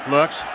Looks